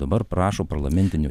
o dabar prašo parlamentinių